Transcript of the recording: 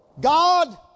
God